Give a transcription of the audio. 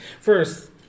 First